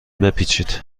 بپیچید